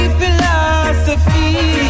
philosophy